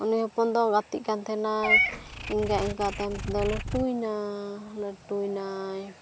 ᱩᱱᱤ ᱦᱚᱯᱚᱱ ᱫᱚ ᱜᱟᱛᱮᱜ ᱠᱟᱱ ᱛᱟᱦᱮᱱᱟᱭ ᱤᱱᱠᱟᱹ ᱤᱱᱠᱟᱹ ᱛᱮ ᱱᱤᱛᱚᱜ ᱫᱚᱭ ᱞᱟᱹᱴᱩᱭᱮᱱᱟᱭ ᱞᱟᱹᱴᱩᱭᱮᱱᱟᱭ